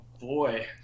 boy